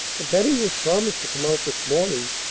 the bedding was promised to come out this morning,